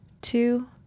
two